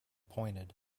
pointed